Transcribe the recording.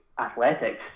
athletics